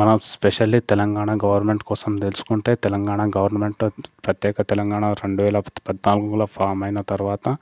మనం specially Telangana government కోసం తెలుసుకుంటే తెలంగాణ గవర్నమెంట్ ప్రత్యేక తెలంగాణ రెండువేల పద్నాలుగులో ఫామ్ అయిన తర్వాత